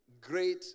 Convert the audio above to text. great